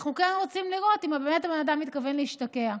אנחנו כן רוצים לראות אם באמת הבן אדם מתכוון להשתקע.